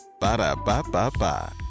Ba-da-ba-ba-ba